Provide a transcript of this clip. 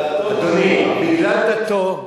אדוני, "בגלל דתו".